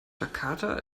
jakarta